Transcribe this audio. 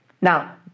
Now